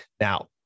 Now